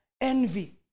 envy